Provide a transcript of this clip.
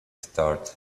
start